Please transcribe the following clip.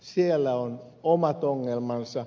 siellä on omat ongelmansa